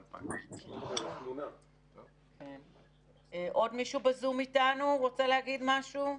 2000. היו דיונים רבים על אם נכון,